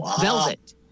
Velvet